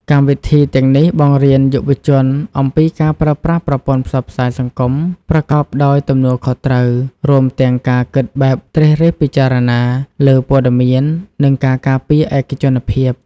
កម្មវិធីទាំងនេះបង្រៀនយុវជនអំពីការប្រើប្រាស់ប្រព័ន្ធផ្សព្វផ្សាយសង្គមប្រកបដោយទំនួលខុសត្រូវ រួមទាំងការគិតបែបត្រិះរិះពិចារណាលើព័ត៌មាន និងការការពារឯកជនភាព។